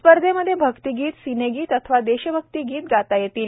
स्पर्धेमध्ये भक्तीगीत सिनेगीत अथवा देशभक्ती गीत गाता येईल